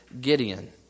Gideon